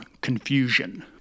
confusion